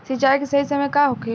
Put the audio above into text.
सिंचाई के सही समय का होखे?